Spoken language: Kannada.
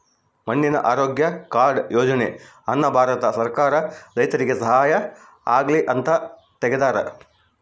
ಮಣ್ಣಿನ ಆರೋಗ್ಯ ಕಾರ್ಡ್ ಯೋಜನೆ ಅನ್ನ ಭಾರತ ಸರ್ಕಾರ ರೈತರಿಗೆ ಸಹಾಯ ಆಗ್ಲಿ ಅಂತ ತೆಗ್ದಾರ